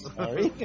sorry